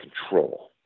control